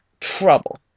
trouble